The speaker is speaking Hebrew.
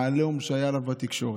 העליהום שהיה עליו בתקשורת,